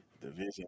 Division